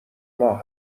ماه